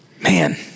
man